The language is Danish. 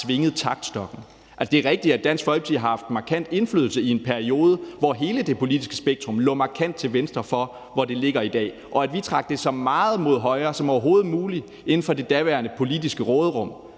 svinget taktstokken. Det er rigtigt, at Dansk Folkeparti har haft markant indflydelse i en periode, hvor hele det politiske spektrum lå markant til venstre for der, hvor det ligger i dag, og at vi trak det så meget mod højre som overhovedet muligt inden for det daværende politiske råderum.